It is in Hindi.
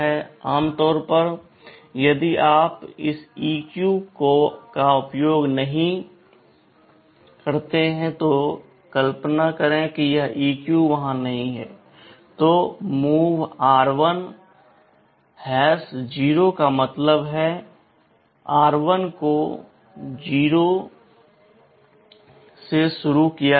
आम तौर पर यदि आप इस EQ का उपयोग नहीं करते हैं तो कल्पना करें कि यह EQ वहां नहीं है तो MOV r1 0 का मतलब है r1 को 0 शुरू किया गया है